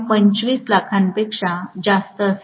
25 लाखांपेक्षा जास्त असेल